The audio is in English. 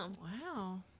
Wow